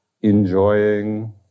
enjoying